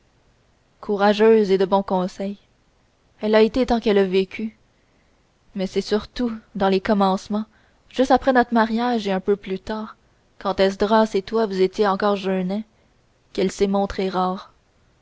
courageuse et de bon conseil elle l'a été tant qu'elle a vécu mais c'est surtout dans les commencements juste après notre mariage et un peu plus tard quand esdras et toi vous étiez encore jeunets qu'elle s'est montrée rare